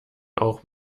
auch